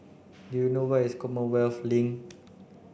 do you know where is Commonwealth Link